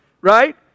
Right